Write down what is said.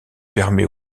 permet